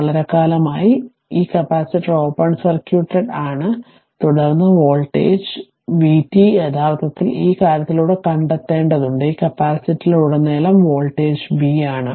വളരെക്കാലമായി അതിനർത്ഥം ഈ കപ്പാസിറ്റർ ഓപ്പൺ സർക്യൂട്ട് എഡ് ആണ് തുടർന്ന് വോൾട്ടേജ് ഈ വോൾട്ടേജ് vt യഥാർത്ഥത്തിൽ ഈ കാര്യത്തിലൂടെ കണ്ടെത്തേണ്ടതുണ്ട് ഇത് കപ്പാസിറ്ററിലുടനീളം വോൾട്ടേജ് B ആണ്